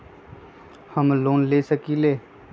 हम लोन ले सकील?